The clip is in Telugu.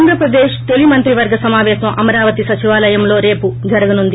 ఆంధ్రప్రదేశ్ తొలి మంత్రివర్గ సమావేశం అమరావతి సచివాలయంలో రేపు జరగనుంది